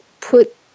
put